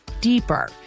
deeper